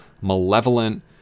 malevolent